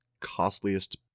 costliest